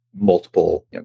multiple